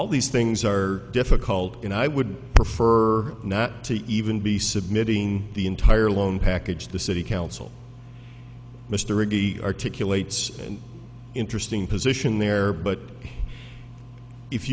all these things are difficult and i would prefer not to even be submitting the entire loan package the city council mr wrigley articulate an interesting position there but if